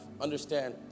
understand